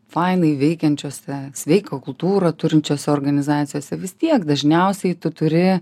fainai veikiančiose sveiką kultūrą turinčiose organizacijose vis tiek dažniausiai tu turi